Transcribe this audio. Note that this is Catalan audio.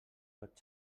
tot